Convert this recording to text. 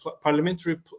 parliamentary